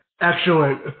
Excellent